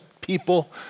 people